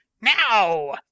Now